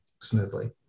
smoothly